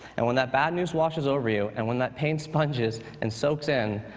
and when that bad news washes over you, and when that pain sponges and soaks in,